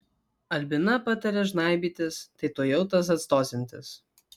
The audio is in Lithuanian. albina patarė žnaibytis tai tuojau tas atstosiantis